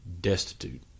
destitute